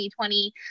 2020